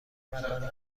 مکانی